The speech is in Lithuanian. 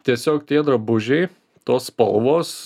tiesiog tie drabužiai tos spalvos